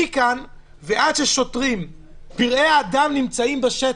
מכאן ועד ששוטרים פראי אדם נמצאים בשטח,